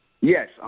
Yes